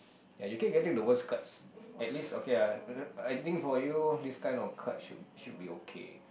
and you keep getting the worst cards at least okay ah I think for you this kind of card should should be okay